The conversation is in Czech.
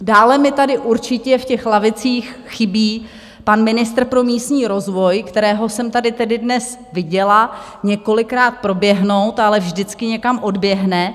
Dále mi tady určitě v těch lavicích chybí pan ministr pro místní rozvoj, kterého jsem tedy tady dnes viděla několikrát proběhnout, ale vždycky někam odběhne.